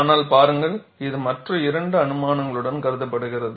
ஆனால் பாருங்கள் இது மற்ற இரண்டு அனுமானங்களுடன் கருதபடுகிறது